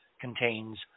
contains